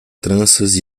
tranças